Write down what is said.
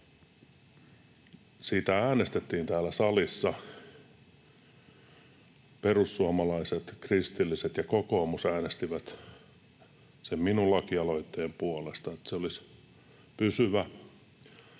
Siitä äänestettiin täällä salissa. Perussuomalaiset, kristilliset ja kokoomus äänestivät sen minun lakialoitteeni puolesta — että se olisi pysyvä